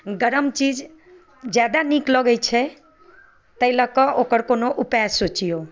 गरम चीज जादा नीक लगै छै ताहि ल अ कऽ ओकर कोनो उपाय सोचियौ